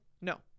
no